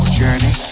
journey